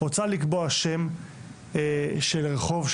רוצה לקבוע שם של רחוב,